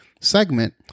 segment